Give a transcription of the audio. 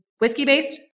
whiskey-based